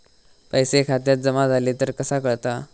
पैसे खात्यात जमा झाले तर कसा कळता?